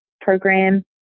Program